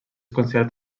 considerat